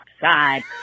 side